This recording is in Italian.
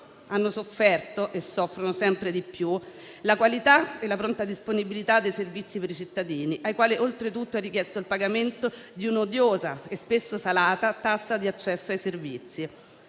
hanno sofferto e soffrono sempre di più la qualità e la pronta disponibilità dei servizi per i cittadini, ai quali oltretutto è richiesto il pagamento di un'odiosa e spesso salata tassa di accesso ai servizi